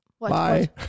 Bye